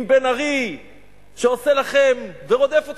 עם בן-ארי שעושה לכם ורודף אתכם?